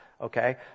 okay